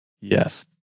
Yes